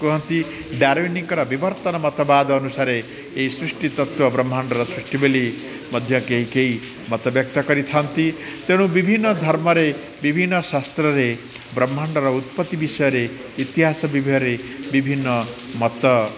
କୁହନ୍ତି ବିବର୍ତ୍ତନ ମତବାଦ ଅନୁସାରେ ଏହି ସୃଷ୍ଟି ତତ୍ତ୍ୱ ବ୍ରହ୍ମାଣ୍ଡର ସୃଷ୍ଟି ବୋଲି ମଧ୍ୟ କେହି କେହି ମତ ବ୍ୟକ୍ତ କରିଥାନ୍ତି ତେଣୁ ବିଭିନ୍ନ ଧର୍ମରେ ବିଭିନ୍ନ ଶାସ୍ତ୍ରରେ ବ୍ରହ୍ମାଣ୍ଡର ଉତ୍ପତ୍ତି ବିଷୟରେ ଇତିହାସ ବିଭୟରେ ବିଭିନ୍ନ ମତ